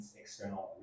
external